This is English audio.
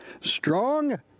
strong